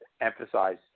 emphasize